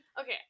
Okay